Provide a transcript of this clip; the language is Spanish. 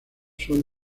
son